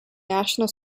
national